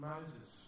Moses